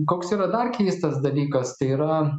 koks yra dar keistas dalykas tai yra